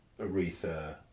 Aretha